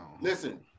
listen